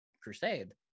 crusade